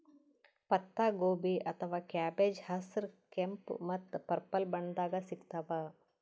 ಪತ್ತಾಗೋಬಿ ಅಥವಾ ಕ್ಯಾಬೆಜ್ ಹಸ್ರ್, ಕೆಂಪ್ ಮತ್ತ್ ಪರ್ಪಲ್ ಬಣ್ಣದಾಗ್ ಸಿಗ್ತಾವ್